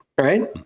right